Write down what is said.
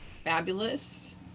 fabulous